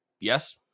Yes